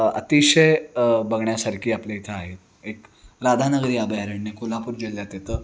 अतिशय बघण्यासारखी आपल्या इथं आहेत एक राधानगरी अभयारण्य कोल्हापूर जिल्ह्यात येतं